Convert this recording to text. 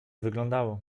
wyglądało